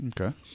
Okay